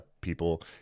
people